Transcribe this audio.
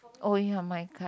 oh ya my card